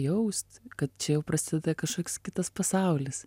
jaust kad čia jau prasideda kažkoks kitas pasaulis